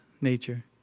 nature